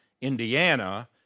Indiana